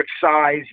size